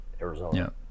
Arizona